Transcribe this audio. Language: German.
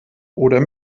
oder